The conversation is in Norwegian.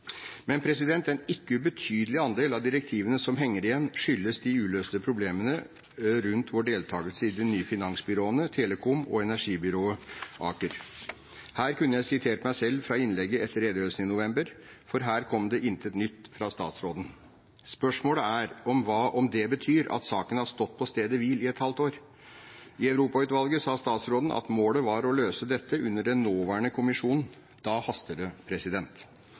Men en ikke ubetydelig andel av direktivene som henger igjen, skyldes de uløste problemene rundt vår deltakelse i de nye finansbyråene, telekom og energibyrået ACER. Her kunne jeg sitert meg selv fra innlegget etter redegjørelsen i november, for her kom det intet nytt fra statsråden. Spørsmålet er om det betyr at saken har stått på stedet hvil i et halvt år. I Europautvalget sa statsråden at målet var å løse dette under den nåværende kommisjon. Da haster det.